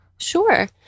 Sure